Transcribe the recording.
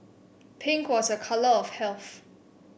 pink was a colour of health